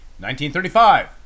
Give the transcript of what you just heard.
1935